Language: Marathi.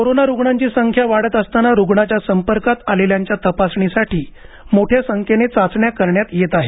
कोरोना रुग्णांची संख्या वाढत असताना रुग्णाच्या संपर्कात आलेल्यांच्या तपासणीसाठी मोठ्या संख्येने चाचण्या करण्यात येत आहेत